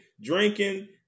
Drinking